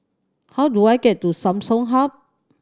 how do I get to Samsung Hub